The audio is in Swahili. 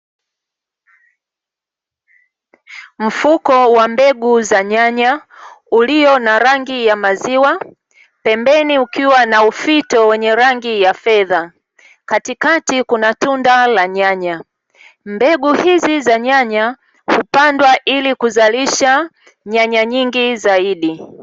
Mfuko wa mbegu za nyanya ulio na rangi ya maziwa, pembeni ukiwa na ufito wenye rangi ya fedha, katikati kuna tunda la nyanya. Mbegu hizi za nyanya hupandwa ili kuzalisha nyanya nyingi zaidi .